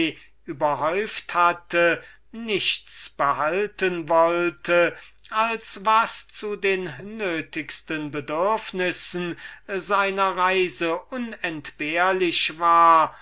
überhäuft hatte nichts mit sich nehmen wollte als das wenige was zu den bedürfnissen seiner reise unentbehrlich war